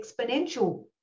exponential